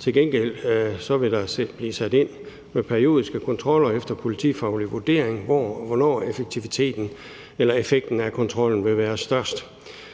Til gengæld vil der blive sat ind med periodiske kontroller efter politifaglig vurdering af, hvor og hvornår effekten af kontrollen vil være størst.